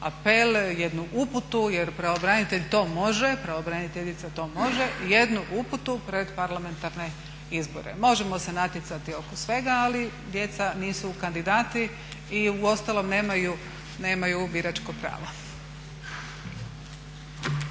jednu uputu jer pravobranitelj to može, pravobraniteljica to može, jednu uputu pred parlamentarne izbore. Možemo se natjecati oko svega, ali djeca nisu kandidati i uostalom nemaju biračko pravo.